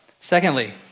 Secondly